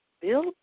Bill